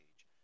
age